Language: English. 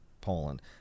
Poland